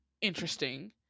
interesting